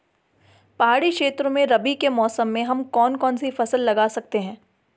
पहाड़ी क्षेत्रों में रबी के मौसम में हम कौन कौन सी फसल लगा सकते हैं?